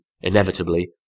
inevitably